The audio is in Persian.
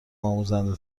آموزنده